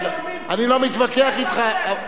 אני לא מתווכח אתך,